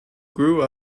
grew